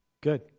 Good